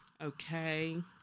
Okay